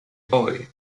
boy